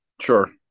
Sure